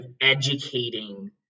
educating